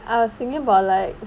I was thinking about like